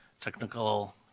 technical